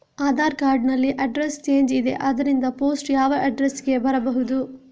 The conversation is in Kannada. ಆಧಾರ್ ಕಾರ್ಡ್ ನಲ್ಲಿ ಅಡ್ರೆಸ್ ಚೇಂಜ್ ಇದೆ ಆದ್ದರಿಂದ ಪೋಸ್ಟ್ ಯಾವ ಅಡ್ರೆಸ್ ಗೆ ಬರಬಹುದು?